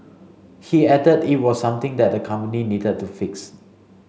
he added it was something that the company needed to fix